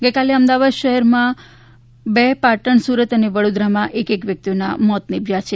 ગઈકાલે અમદાવાદ શહેરમાં બે પાટણ સુરત અને વડોદરામાં એક એક વ્યક્તિઓના મોત નિપજ્યા છે